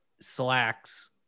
Slacks